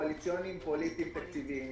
קואליציוניים פוליטיים תקציביים,